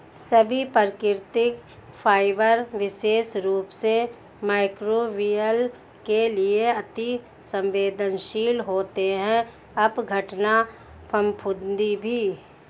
सभी प्राकृतिक फाइबर विशेष रूप से मइक्रोबियल के लिए अति सवेंदनशील होते हैं अपघटन, फफूंदी भी